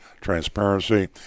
transparency